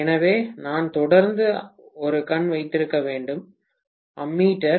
எனவே நான் தொடர்ந்து ஒரு கண் வைத்திருக்க வேண்டும் அம்மீட்டர்